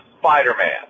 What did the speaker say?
Spider-Man